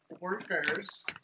workers